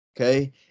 Okay